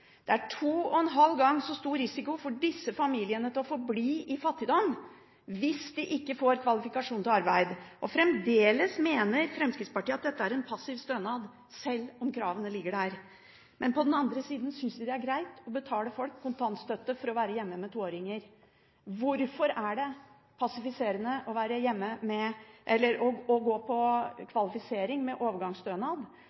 Det er to og en halv gang så stor risiko for disse familiene til å forbli i fattigdom hvis de ikke får kvalifikasjon til arbeid. Fremdeles mener Fremskrittspartiet at dette er en passiv stønad, sjøl om kravene ligger der. På den andre siden synes de det er greit å betale folk kontantstøtte for å være hjemme med toåringer. Hvorfor er det passiviserende å gå på kvalifisering med overgangsstønad, mens det ikke er passiviserende å